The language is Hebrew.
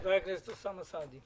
חבר הכנסת אוסאמה סעדי.